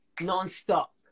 non-stop